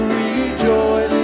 rejoice